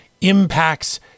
impacts